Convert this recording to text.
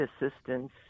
assistance